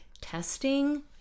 testing